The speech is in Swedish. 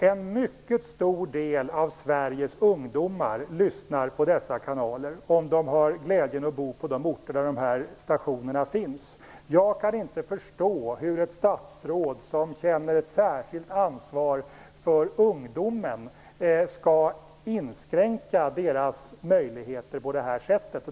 En mycket stor del av Sveriges ungdomar lyssnar på dessa kanaler om de har glädjen att bo på de orter där dessa stationer finns. Jag kan inte förstå hur ett statsråd som känner ett särskilt ansvar för ungdomarna skall inskränka deras möjligheter på det här sättet.